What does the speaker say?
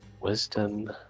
Wisdom